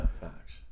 facts